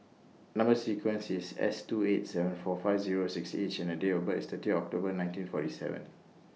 Number sequence IS S two eight seven four five Zero six H and Date of birth IS thirty October nineteen forty seven